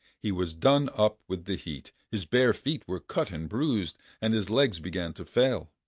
he was done up with the heat, his bare feet were cut and bruised, and his legs began to fail.